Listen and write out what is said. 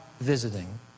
visiting